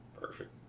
Perfect